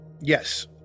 Yes